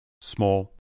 Small